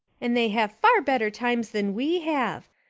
and they have far better times than we have.